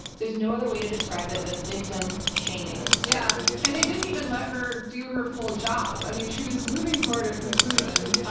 there's no other way to describe it, but victim shaming. yeah, and they didn't even let her do her full job. i mean, she was moving toward a conclusion,